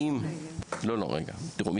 תראו,